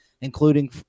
including